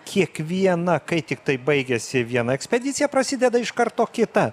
kiekviena kai tiktai baigiasi viena ekspedicija prasideda iš karto kita